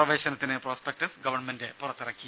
പ്രവേശനത്തിന് prospectus government പുറത്തിറക്കി